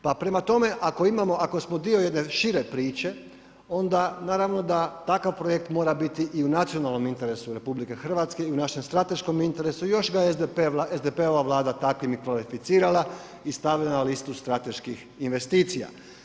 Pa prema tome, ako imamo, ako smo dio jedne šire priče, onda naravno da takav projekt mora biti i u nacionalnom interesu RH i u našem strateškom interesu, još ga je SDP-ova vlada takvim i kvalificirala i stavila na listu strateških investicija.